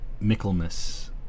Michaelmas